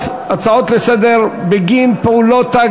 לסדר-היום מס'